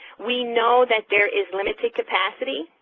we know that there is limited capacity,